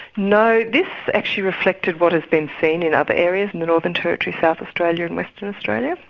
no, this actually reflected what has been seen in other areas, in the northern territory, south australia and western australia.